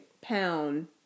pound